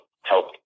help